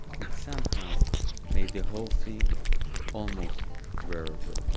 which somehow made the whole thing almost bearable